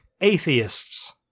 atheists